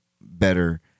better